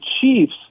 Chiefs